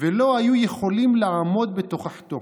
"ולא היו יכולים לעמוד בתוכחתו.